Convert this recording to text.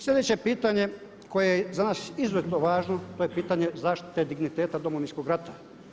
Sljedeće pitanje koje je za nas izuzetno važno to je pitanje zaštite digniteta Domovinskog rata.